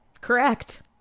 Correct